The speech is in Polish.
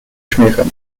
śmiechem